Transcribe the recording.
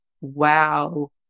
wow